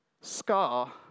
Scar